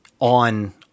on